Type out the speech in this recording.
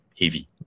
heavy